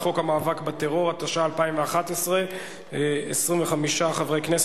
הטרור הנוגעות הן לפעילותם האסורה של ארגוני הטרור ופעילי הטרור